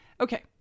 Okay